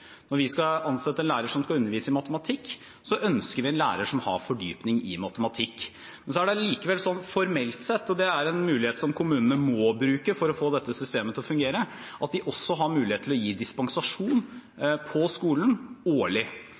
når de skal ansette en lærer som skal undervise i matematikk, ønsker de en lærer som har fordypning i matematikk. Det er allikevel slik, formelt sett, at kommunene – og det er en mulighet som de må bruke for å få dette systemet til å fungere – har mulighet til å gi skolen dispensasjon årlig, dvs. at de fortsatt har mulighet til å